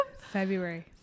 February